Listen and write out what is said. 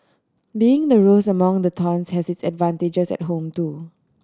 being the rose among the thorns has its advantages at home too